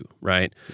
right